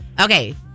Okay